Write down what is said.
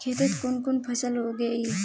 खेतीत कुन कुन फसल उगेई?